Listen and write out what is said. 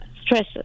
stresses